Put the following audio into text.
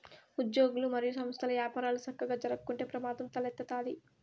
ఉజ్యోగులు, మరియు సంస్థల్ల యపారాలు సక్కగా జరక్కుంటే ప్రమాదం తలెత్తతాది